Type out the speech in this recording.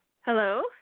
Hello